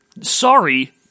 sorry